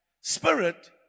spirit